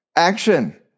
action